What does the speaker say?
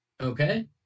Okay